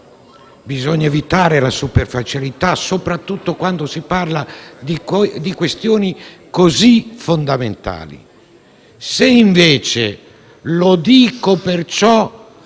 bisogna evitare la superficialità, soprattutto quando si parla di questioni così fondamentali. Se invece - lo dico per ciò